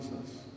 Jesus